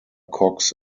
cox